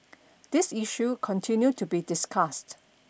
this issue continued to be discussed